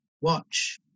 watch